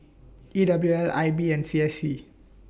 E W L I B and C S C